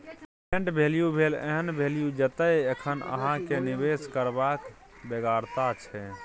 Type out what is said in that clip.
present value भेल एहन value जतय एखन अहाँ केँ निबेश करबाक बेगरता छै